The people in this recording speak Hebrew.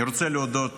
אני רוצה להודות